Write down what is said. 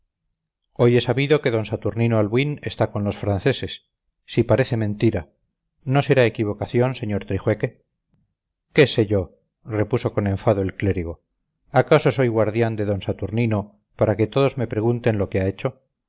hoy he sabido que d saturnino albuín está con los franceses si parece mentira no será equivocación sr trijueque qué sé yo repuso con enfado el clérigo acaso soy guardián de d saturnino para que todos me pregunten lo que ha hecho